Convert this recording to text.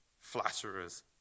flatterers